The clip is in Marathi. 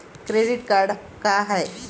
क्रेडिट कार्ड का हाय?